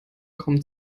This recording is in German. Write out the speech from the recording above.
kommen